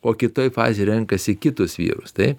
o kitoj fazėj renkasi kitus vyrus taip